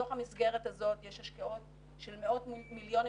בתוך המסגרת הזאת יש השקעות של מאות מיליונים,